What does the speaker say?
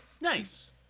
Nice